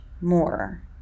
more